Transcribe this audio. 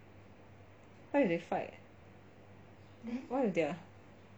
what if they fight what if their